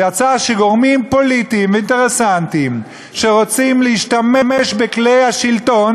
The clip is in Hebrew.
זה יצר שגורמים פוליטיים אינטרסנטיים שרוצים להשתמש בכלי השלטון,